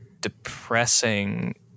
depressing